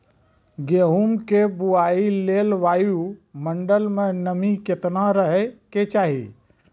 गेहूँ के बुआई लेल वायु मंडल मे नमी केतना रहे के चाहि?